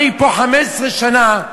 אני פה 15 שנה,